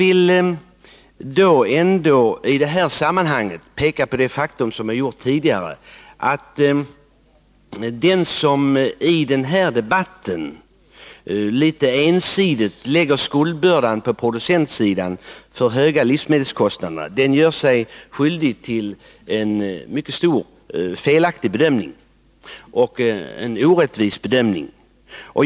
I det här sammanhanget vill jag peka på det faktum som nämnts tidigare, att den som i debatten litet ensidigt lägger skuldbördan för de höga livsmedelskostnaderna på producentsidan gör sig skyldig till en mycket orättvis och felaktig bedömning.